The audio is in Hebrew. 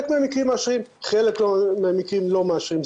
מהמקרים מאשרים ובחלק מהמקרים לא מאשרים.